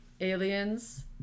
aliens